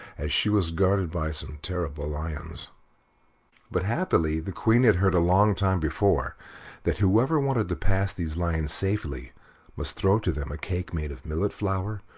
as she was guarded by some terrible lions but happily the queen had heard a long time before that whoever wanted to pass these lions safely must throw to them a cake made of millet flour,